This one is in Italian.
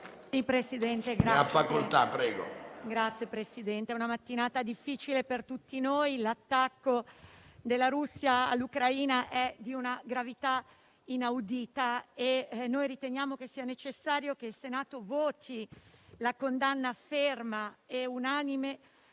Signor Presidente, è una mattinata difficile per tutti noi. L'attacco della Russia all'Ucraina è di una gravità inaudita. Riteniamo necessario che il Senato voti la condanna ferma e unanime